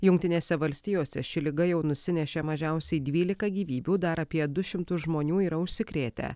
jungtinėse valstijose ši liga jau nusinešė mažiausiai dvylika gyvybių dar apie du šimtus žmonių yra užsikrėtę